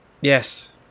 Yes